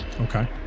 Okay